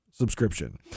subscription